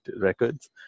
Records